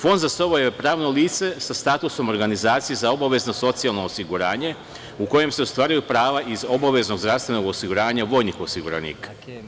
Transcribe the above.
Fond za SOVO je pravno lice sa statusom organizacije za obavezno socijalno osiguranje u kojem se ostvaruju prava iz obaveznog zdravstvenog osiguranja vojnih osiguranika.